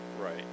right